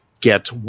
get